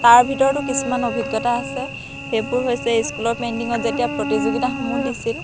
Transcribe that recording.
তাৰ ভিতৰতো কিছুমান অভিজ্ঞতা আছে সেইবোৰ হৈছে স্কুলৰ পেইণ্টিঙত যেতিয়া প্ৰতিযোগিতাসমূহ দিছিল